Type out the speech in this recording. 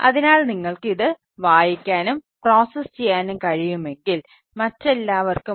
അതിനാൽ നിങ്ങൾക്ക് ഇത് വായിക്കാനും പ്രോസസ്സ് ചെയ്യാനും കഴിയും